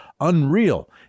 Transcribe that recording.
unreal